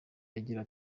yagira